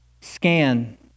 scan